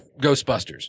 Ghostbusters